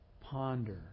Ponder